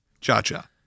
Cha-Cha